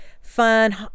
fun